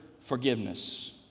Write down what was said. forgiveness